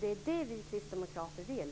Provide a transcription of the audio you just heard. Det är det vi kristdemokrater vill.